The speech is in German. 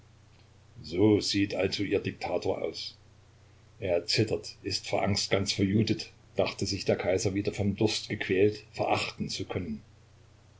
so sieht also ihr diktator aus er zittert ist vor angst ganz verjudet dachte sich der kaiser wieder vom durste gequält verachten zu können